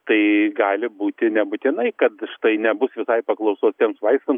tai gali būti nebūtinai kad štai nebus visai paklausos tiems vaistams